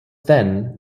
then